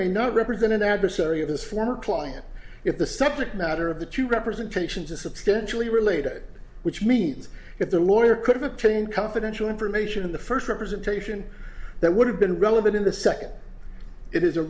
may not represent an adversary of his former client if the subject matter of the two representations is substantially related which means if the lawyer could obtain confidential information in the first representation that would have been relevant in the second it is